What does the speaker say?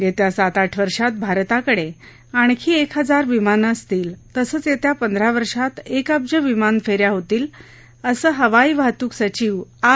येत्या सात आठ वर्षात भारताकडे आणखी एक हजार विमानं असतील तसंच येत्या पंधरा वर्षात एक अब्ज विमान फे या होतील असं हवाई वाहतूक सचिव आर